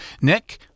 Nick